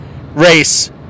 race